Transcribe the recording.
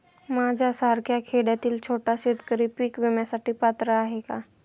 माझ्यासारखा खेड्यातील छोटा शेतकरी पीक विम्यासाठी पात्र आहे का?